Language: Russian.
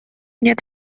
нет